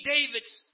David's